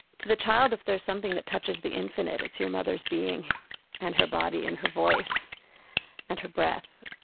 to the child, if there's something that touches the infinite, it's your mother's being and her body and her voice and her breath.